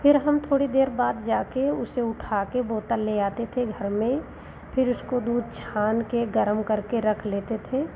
फिर हम थोड़ी देर बाद जाकर उसे उठा कइ बोतल ले आते थे घर में फिर उसको दूध छान कर गरम करके रख लेते थे